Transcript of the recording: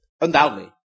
Undoubtedly